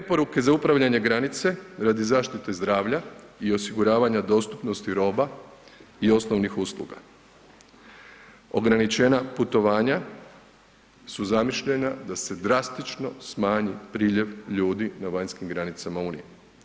Preporuke za upravljanje granice radi zaštite zdravlja i osiguravanja dostupnosti roba i osnovnih usluga, ograničena putovanja su zamišljena da se drastično smanji priljev ljudi na vanjskim granicama unije.